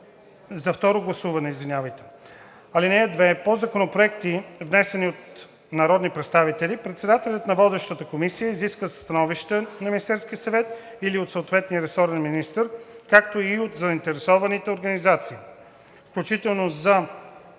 за разпределението. (2) По законопроекти, внесени от народни представители, председателят на водещата комисия изисква становище от Министерския съвет или от съответния ресорен министър, както и от заинтересованите организации, включително за